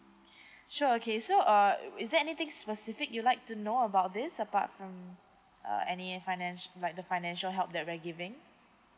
sure okay so uh is there anything specific you'd like to know about this apart from uh any financi~ like the financial help that we're giving